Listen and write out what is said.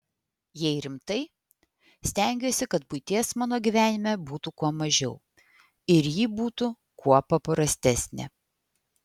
jei rimtai stengiuosi kad buities mano gyvenime būtų kuo mažiau ir ji būtų kuo paprastesnė